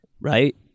right